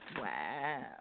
Wow